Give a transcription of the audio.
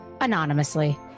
anonymously